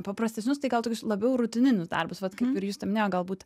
paprastesnius tai gal tokius labiau rutininius darbus vat kaip ir justė minėjo galbūt